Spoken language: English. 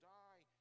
die